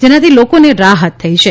જેનાથી લોકોને રાહત થઈ છે